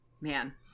man